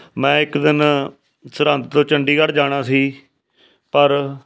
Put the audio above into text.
ਮੈਂ ਇੱਕ ਦਿਨ ਸਰਹਿੰਦ ਤੋਂ ਚੰਡੀਗੜ੍ਹ ਜਾਣਾ ਸੀ ਪਰ